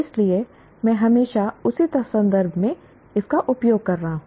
इसलिए मैं हमेशा उसी संदर्भ में इसका उपयोग कर रहा हूं